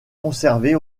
conservées